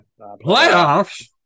playoffs